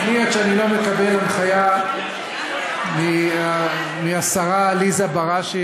עד שאני לא מקבל הנחיה מהשרה עליזה בראשי,